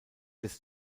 des